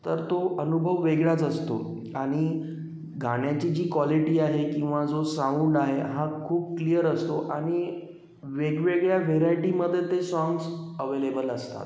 तर तो अनुभव वेगळाच असतो आणि गाण्यांची जी क्वालिटी आहे किंवा जो साउंड आहे हा खूप क्लिअर असतो आणि वेगवेगळ्या व्हेरायटीमध्ये ते साँग्स अवेलेबल असतात